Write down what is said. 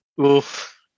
Oof